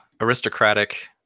aristocratic